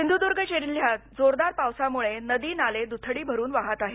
सिंधुदूर्ग जिल्ह्यात जोरदार पावसामूळे नदी नाले दूथडी भरून वाहत आहेत